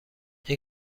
این